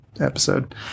episode